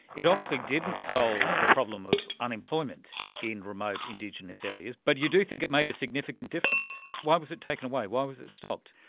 it obviously didn't solve the problem of unemployment in remote indigenous areas, but you do think it made a significant difference. why was it taken away, why was it stopped?